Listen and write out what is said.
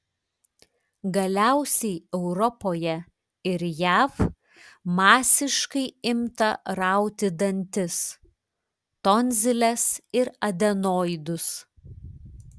galiausiai europoje ir jav masiškai imta rauti dantis tonziles ir adenoidus